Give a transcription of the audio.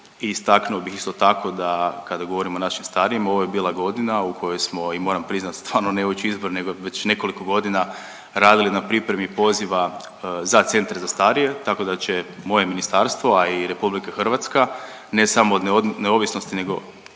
i istaknuo bih, isto tako, da kada govorimo o našim starijima, ovo je bila godina u kojoj smo i moram priznat, ne .../Govornik se ne razumije./... već nekoliko godina radili na pripremi poziva za centre za starije, tako da će moje ministarstvo, a i RH, ne samo od neovisnosti nego